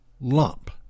lump